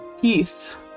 peace